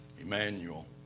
Emmanuel